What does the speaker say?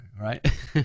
right